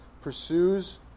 pursues